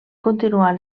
continuar